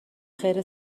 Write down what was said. خیر